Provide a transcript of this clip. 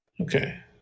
Okay